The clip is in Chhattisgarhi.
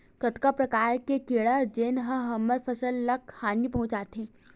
कतका प्रकार के कीड़ा जेन ह हमर फसल ल हानि पहुंचाथे?